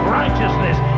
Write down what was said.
righteousness